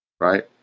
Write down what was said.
Right